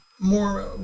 More